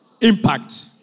impact